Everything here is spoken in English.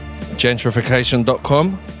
gentrification.com